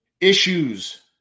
Issues